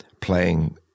playing